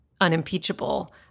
unimpeachable